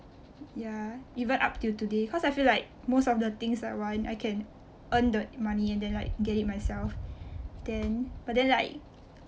ya even up till today cause I feel like most of the things I want I can earn the money and then like get it myself then but then like